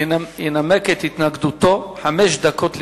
ינמק את התנגדותו, חמש דקות לרשותך.